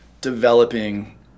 developing